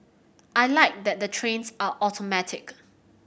I like that the trains are automatic